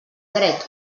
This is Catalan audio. dret